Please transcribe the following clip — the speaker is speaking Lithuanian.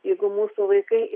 jeigu mūsų vaikai